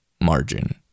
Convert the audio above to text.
margin